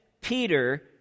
peter